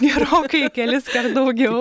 gerokai keliskart daugiau